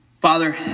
Father